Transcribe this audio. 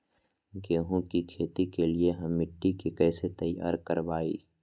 गेंहू की खेती के लिए हम मिट्टी के कैसे तैयार करवाई?